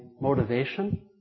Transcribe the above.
motivation